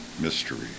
mystery